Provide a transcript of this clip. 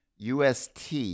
UST